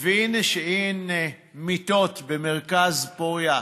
ומבין שאין מיטות במרכז פוריה,